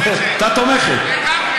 אני שואל: "תומכים?" היא אומרת לי: "תומכות".